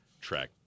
track